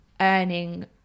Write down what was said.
earning